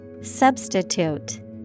Substitute